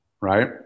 right